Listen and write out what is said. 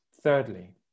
Thirdly